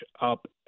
up